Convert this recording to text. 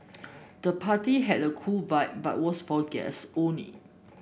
the party had a cool vibe but was for guests only